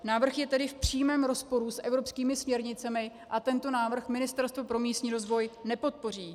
Návrh je tedy v přímém rozporu s evropskými směrnicemi a tento návrh Ministerstvo pro místní rozvoj nepodpoří.